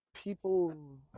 People